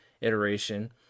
iteration